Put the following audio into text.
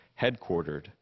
headquartered